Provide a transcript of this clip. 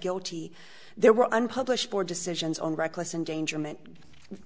guilty there were unpublished for decisions on reckless endangerment